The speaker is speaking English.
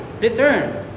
return